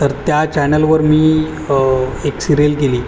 तर त्या चॅनलवर मी एक सिरियल केली